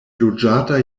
loĝata